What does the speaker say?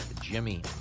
Jimmy